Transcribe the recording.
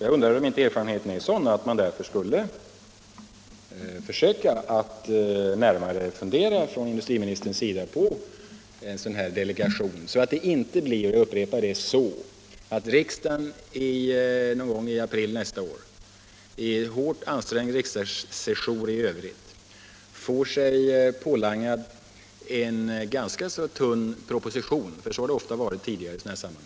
Jag undrar om erfarenheterna inte är sådana att industriministern borde försöka fundera närmare på att tillsätta en delegation, så att det inte blir så — jag upprepar det — att riksdagen någon gång i april, under en i övrigt hårt ansträngd riksdagssession, får sig ”pålangad” en ganska tunn proposition. Så har det ofta gått till tidigare i sådana här sammanhang.